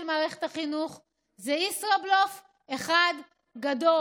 מערכת החינוך זה ישראבלוף אחד גדול.